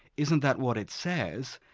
isn't that what it says?